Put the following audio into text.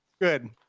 Good